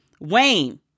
Wayne